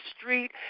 Street